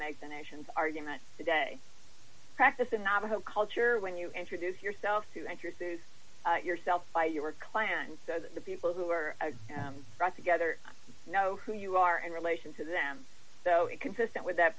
make the nation's argument today practice in navajo culture when you introduce yourself to introduce yourself by your clan so that the people who are brought together know who you are in relation to them so it consistent with that